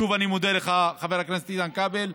שוב, אני מודה לך, חבר הכנסת איתן כבל.